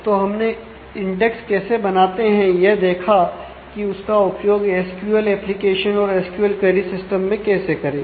तो हमने इंडेक्स कैसे बनाते हैं यह देखा कि उसका उपयोग एसक्यूएल एप्लीकेशन और एसक्यूएल क्वेरी सिस्टम मैं कैसे करें